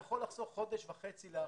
להערכתי יכול לחסוך חודש וחצי.